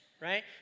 right